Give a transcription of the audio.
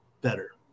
better